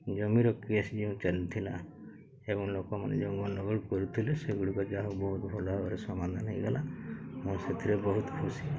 ଜମିର କେସ୍ ଯେଉଁ ଚାଲିଥିଲା ଏବଂ ଲୋକମାନେ ଯେଉଁ ଅନୁଗୁଳ କରୁଥିଲେ ସେଗୁଡ଼ିକ ଯାହା ବହୁତ ଭଲ ଭାବରେ ସମାଧାନ ହୋଇଗଲା ମୁଁ ସେଥିରେ ବହୁତ ଖୁସି